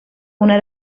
una